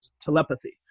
telepathy